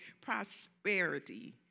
Prosperity